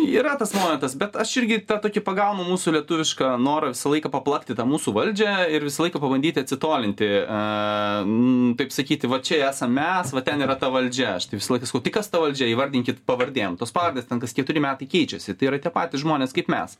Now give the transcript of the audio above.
yra tas momentas bet aš irgi tą tokį pagaunu mūsų lietuvišką norą visą laiką paplakti tą mūsų valdžią ir visą laiką pabandyti atsitolinti a taip sakyti vat čia esam mes va ten yra ta valdžia aš visą laiką sakau tai kas ta valdžia įvardinkit pavardėm tos pavardės ten kas keturi metai keičiasi tai yra tie patys žmonės kaip mes